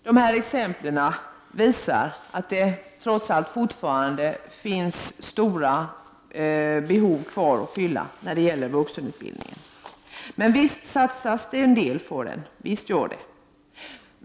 Dessa exempel visar att det trots allt fortfarande finns stora behov att fylla när det gäller vuxenutbildningen. Visst satsas det en del på vuxenutbildningen.